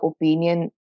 opinion